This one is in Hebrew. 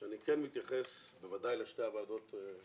שאני כן מתייחס בוודאי לשתי הוועדות בכנסת,